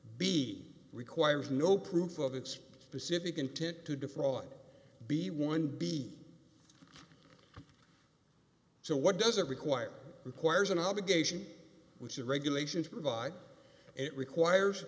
b requires no proof of its specific intent to defraud b one b so what does it require requires an obligation which the regulations provide it requires